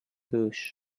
bush